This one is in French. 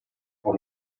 pour